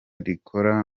rikora